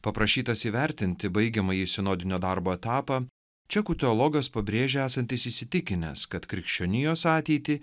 paprašytas įvertinti baigiamąjį sinodinio darbo etapą čekų teologijos pabrėžia esantis įsitikinęs kad krikščionijos ateitį